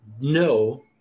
no